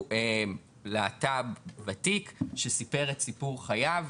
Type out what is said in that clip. לדיון להט"ב וותיק שסיפר את סיפר חייו,